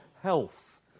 health